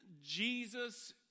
Jesus